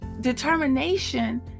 determination